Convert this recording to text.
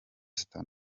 star